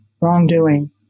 wrongdoing